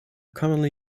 commonly